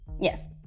Yes